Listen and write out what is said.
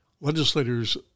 legislators